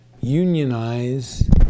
unionize